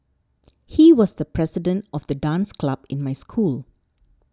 he was the president of the dance club in my school